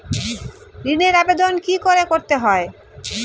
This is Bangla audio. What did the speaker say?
ঋণের আবেদন কি করে করতে হয়?